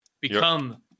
Become